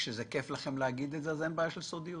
כשזה כייף לכם להגיד את זה אז אין בעיה של סודיות.